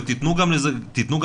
ותתנו גם פרסום,